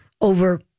over